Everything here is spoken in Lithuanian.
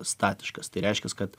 statiškas tai reiškias kad